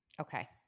Okay